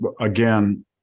again